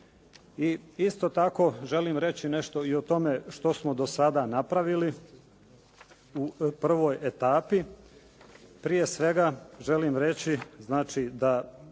Isto tako želim reći nešto i o tome što smo do sada napravili u prvoj etapi. Prije svega želim reći da